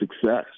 success